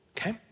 okay